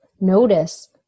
notice